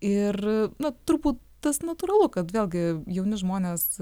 ir na turbūt tas natūralu kad vėlgi jauni žmonės